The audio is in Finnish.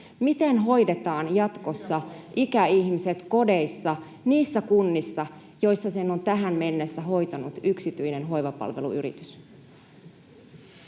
Miten hoidetaan jatkossa ikäihmiset kodeissa niissä kunnissa, joissa sen on tähän asti hoitanut yksityinen hoivapalveluyritys?